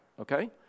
okay